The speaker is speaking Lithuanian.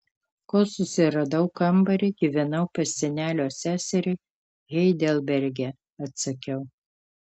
kol susiradau kambarį gyvenau pas senelio seserį heidelberge atsakiau